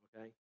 okay